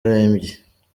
arembye